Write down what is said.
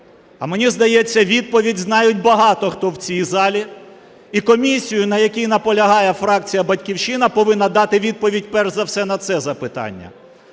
А, мені здається, відповідь знають багато хто в цій залі, і комісію, на якій наполягає фракція "Батьківщина", повинна дати відповідь перш за все на це запитання: